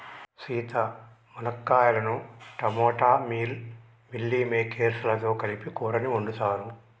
సీత మునక్కాయలను టమోటా మిల్ మిల్లిమేకేర్స్ లతో కలిపి కూరని వండుతారు